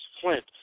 flint